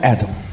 Adam